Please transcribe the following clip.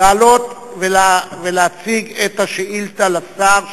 לעלות ולהציג את השאילתא לשר,